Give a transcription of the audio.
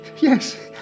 yes